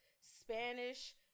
Spanish